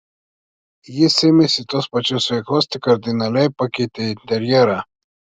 jis ėmėsi tos pačios veiklos tik kardinaliai pakeitė interjerą